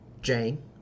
Jane